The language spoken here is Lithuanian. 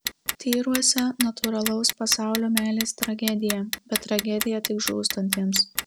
tyruose natūralaus pasaulio meilės tragedija bet tragedija tik žūstantiems